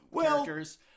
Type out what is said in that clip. characters